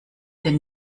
denn